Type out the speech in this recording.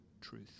truth